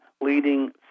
leading